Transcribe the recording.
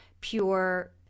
pure